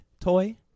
toy